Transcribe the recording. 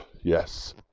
yes